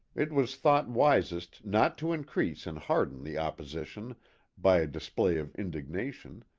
it was thought wisest not to increase and harden the opposition by a display of indignation,